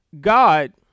God